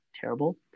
terrible